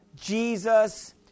Jesus